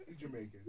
Jamaican